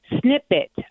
snippet